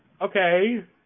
okay